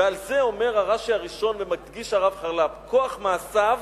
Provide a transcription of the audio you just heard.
ועל זה אומר הרש"י הראשון ומדגיש הרב חרל"פ: "כוח מעשיו